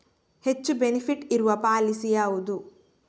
ಹೆಚ್ಚು ಬೆನಿಫಿಟ್ ಇರುವ ಪಾಲಿಸಿ ಯಾವುದು?